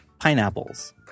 pineapples